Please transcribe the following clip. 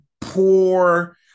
poor